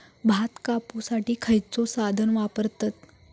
भात कापुसाठी खैयचो साधन वापरतत?